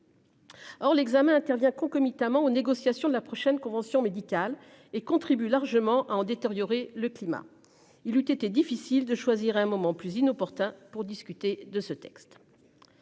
Or l'examen intervient concomitamment aux négociations de la prochaine convention médicale et contribue largement à en détériorer le climat il lui était difficile de choisir un moment plus inopportun pour discuter de ce texte.